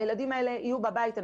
הילדים האלה יהיו בבית.